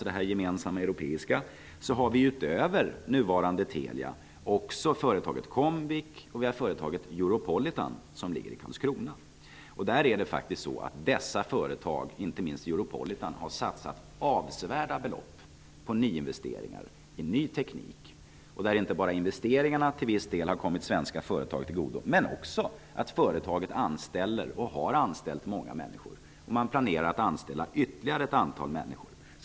det gemensamma europeiska -- har vi utöver Telia också företagen Comvik och Europolitan, som ligger i Karlskrona. Inte minst Europolitan har satsat avsevärda belopp på nyinvesteringar i ny teknik. Investeringarna har till viss del kommit svenska företag till godo. Teleföretagen anställer och har anställt många människor. Man planerar att anställa ytterligare ett antal människor.